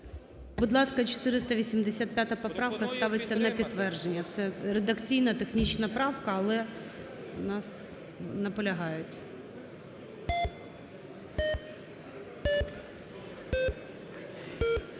Будь ласка, 485-а поправка ставиться на підтвердження. Це редакційна, технічна правка, але у нас наполягають.